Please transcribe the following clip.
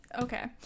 okay